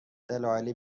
دلایلی